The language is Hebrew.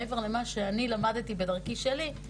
מעבר למה שאני למדתי בדרכי שלי,